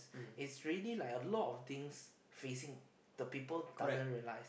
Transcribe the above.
it's really like a lot of things facing the people doesn't realize